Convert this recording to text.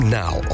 now